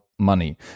money